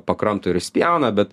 pakramto ir išspjauna bet